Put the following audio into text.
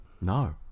No